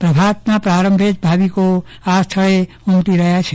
પ્રભાતના પ્રારંભે જ ભાવિકો આ સ્થળે ઉમટી રહ્યા છે